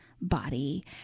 body